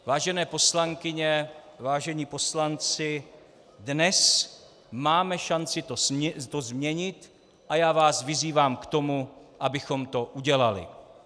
Vážené poslankyně, vážení poslanci, dnes máme šanci to změnit a já vás vyzývám k tomu, abychom to udělali.